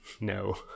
no